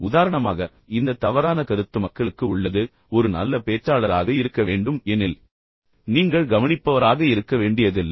உதாரணமாக இந்த தவறான கருத்து மக்களுக்கு உள்ளது ஒரு நல்ல பேச்சாளராக இருக்க வேண்டும் எனில் நீங்கள் கவனிப்பவராக இருக்க வேண்டியதில்லை